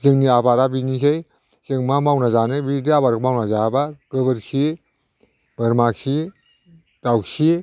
जोंनि आबादआ बिनोसै जों मा मावना जानो बिदि आबाद मावना जायाब्ला गोबोरखि बोरमाखि दाउखि